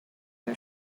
are